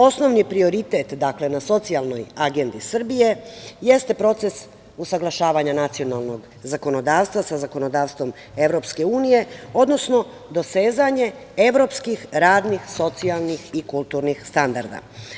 Osnovni prioritet, dakle, na socijalnoj agendi Srbije jeste proces usaglašavanja nacionalnog zakonodavstva sa zakonodavstvom Evropske unije, odnosno dosezanje evropskih radnih, socijalnih i kulturnih standarda.